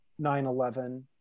9-11